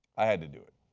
i had to do it.